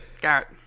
Garrett